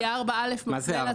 כי (4)(א) מפנה לתוספת.